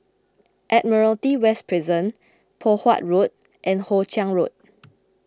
Admiralty West Prison Poh Huat Road and Hoe Chiang Road